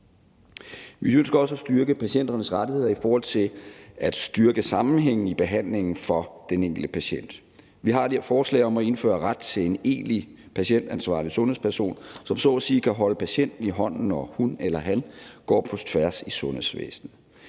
Vi ønsker også at styrke patienternes rettigheder i forhold til at styrke sammenhængen i behandlingen for den enkelte patient. Vi har det her forslag om at indføre ret til en egentlig patientansvarlig sundhedsperson, som så at sige kan holde patienten i hånden, når hun eller han går på tværs i sundhedsvæsenet.